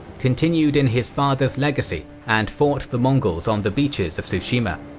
continued in his father's legacy and fought the mongols on the beaches of tsushima.